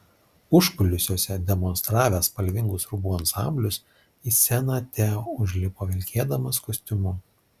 užkulisiuose demonstravęs spalvingus rūbų ansamblius į sceną teo užlipo vilkėdamas kostiumu